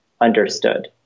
understood